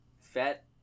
Fat